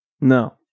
no